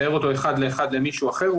ומתאר אותו אחד לאחד למישהו אחר,